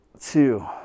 two